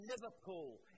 Liverpool